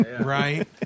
Right